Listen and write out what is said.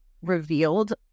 revealed